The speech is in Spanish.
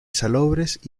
salobres